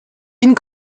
une